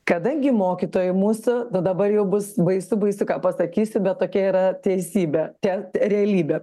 kadangi mokytojai mūsų tai dabar jau bus baisu baisu ką pasakysi bet tokia yra teisybė te realybė